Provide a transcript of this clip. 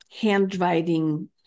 handwriting